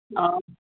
ᱳ